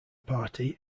party